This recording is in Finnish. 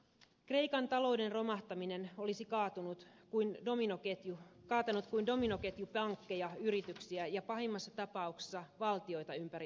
kreikan talouden romahtaminen olisi kaatanut kuin dominoketju pankkeja yrityksiä ja pahimmassa tapauksessa valtioita ympäri eurooppaa